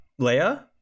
Leia